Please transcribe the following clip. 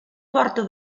porta